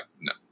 no